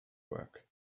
work